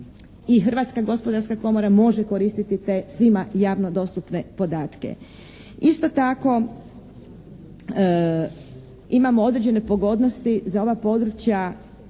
Hrvatska gospodarska komora može koristiti te svima javno dostupne podatke. Isto tako imamo određeno pogodnosti za ova područja